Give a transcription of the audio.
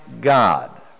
God